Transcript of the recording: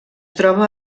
troba